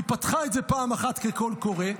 היא פתחה את זה פעם אחת כקול קורא,